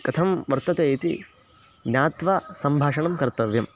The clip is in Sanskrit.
कथं वर्तते इति ज्ञात्वा सम्भाषणं कर्तव्यम्